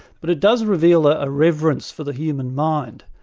but it does reveal a reverence for the human mind.